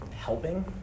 helping